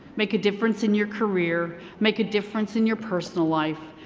make a difference in your career, make a difference in your personal life,